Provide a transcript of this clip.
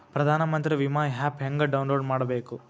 ಪ್ರಧಾನಮಂತ್ರಿ ವಿಮಾ ಆ್ಯಪ್ ಹೆಂಗ ಡೌನ್ಲೋಡ್ ಮಾಡಬೇಕು?